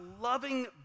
loving